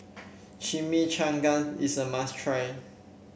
Chimichangas is a must try